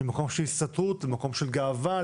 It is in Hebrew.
ממקום של הסתתרות למקום של גאווה,